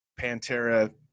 Pantera